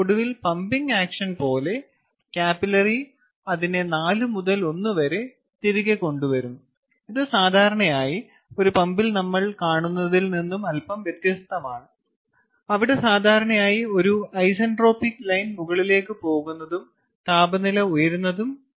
ഒടുവിൽ pumping action പോലെ capillary അതിനെ 4 മുതൽ 1 വരെ തിരികെ കൊണ്ടുവരുന്നു ഇത് സാധാരണയായി ഒരു പമ്പിൽ നമ്മൾ കാണുന്നതിൽ നിന്ന് അല്പം വ്യത്യസ്തമാണ് അവിടെ സാധാരണയായി ഒരു ഐസെൻട്രോപിക് ലൈൻ മുകളിലേക്ക് പോകുന്നതും താപനില ഉയരുന്നതും കാണാം